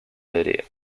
lydia